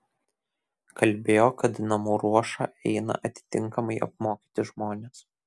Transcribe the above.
kalbėjo kad namų ruošą eina atitinkamai apmokyti žmonės